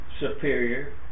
superior